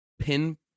pin